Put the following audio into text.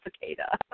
cicada